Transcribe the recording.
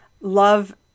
Love